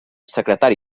secretari